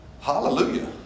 Hallelujah